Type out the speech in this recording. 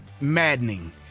maddening